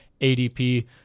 adp